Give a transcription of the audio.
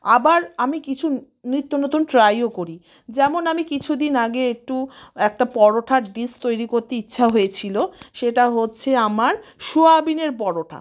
আবার আমি কিছু নিত্যনতুন ট্রাইও করি যেমন আমি কিছুদিন আগে একটু একটা পরোটার ডিশ তৈরি করতে ইচ্ছা হয়েছিল সেটা হচ্ছে আমার সোয়াবিনের পরোটা